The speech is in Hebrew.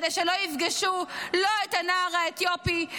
כדי שלא יפגשו לא את הנער האתיופי,